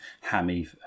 hammy